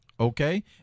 Okay